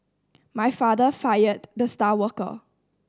my father fired the star worker